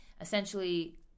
essentially